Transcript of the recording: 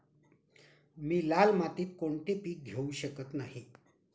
मी लाल मातीत कोणते पीक घेवू शकत नाही?